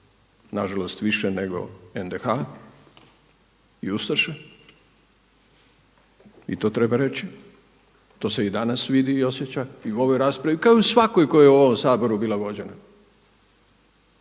na žalost više nego NDH i ustaše, i to treba reći, to se i danas vidi i osjeća i u ovoj raspravi, kao i u svakoj koja je u ovom Saboru bila vođena.